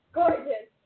gorgeous